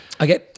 Okay